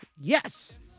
Yes